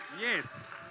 Yes